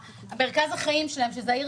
מרכז החיים שלהם נמצאים בטווח 30 שניות,